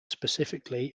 specifically